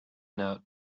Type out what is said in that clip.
note